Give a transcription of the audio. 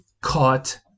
caught